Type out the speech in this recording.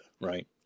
right